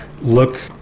look